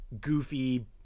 goofy